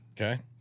Okay